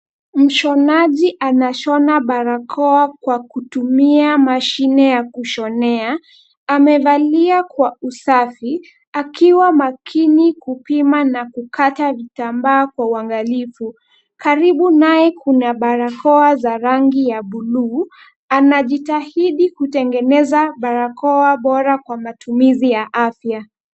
Mshonaji anashona barakoa kwa kutumia mashine ya kushonea. Amevalia kwa usafi akiwa makini kupima na kukata vitambaa kwa uangalifu. Karibu naye kuna barakoa za rangi ya buluu. Anajitahidi kutengeneza barakoa bora kwa matumizi ya afya.